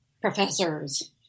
professors